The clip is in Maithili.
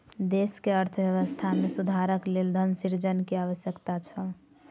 देश के अर्थव्यवस्था में सुधारक लेल धन सृजन के आवश्यकता छल